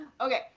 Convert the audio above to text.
Okay